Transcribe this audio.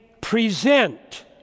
present